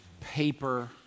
paper